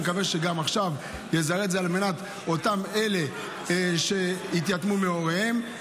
אני מקווה שגם עכשיו הוא יזרז את זה למען אותם אלה שהתייתמו מהוריהם,